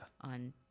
On